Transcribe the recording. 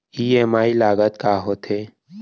EMI लागत का होथे?